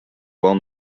well